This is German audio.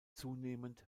zunehmend